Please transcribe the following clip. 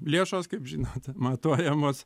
lėšos kaip žinote matuojamos